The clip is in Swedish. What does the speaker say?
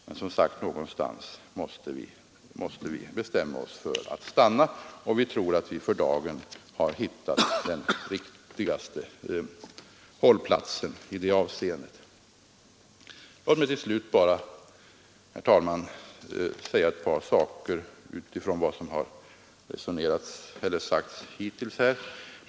Men någonstans måste vi som sagt bestämma oss för att stanna, och vi tror att vi för dagen har hittat den riktigaste hållplatsen i det avseendet. Låt mig till slut, herr talman, bara säga ett par saker med utgångspunkt i vad som hittills sagts.